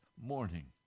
morning